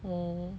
oh